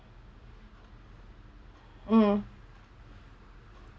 mm